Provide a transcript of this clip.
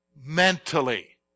Mentally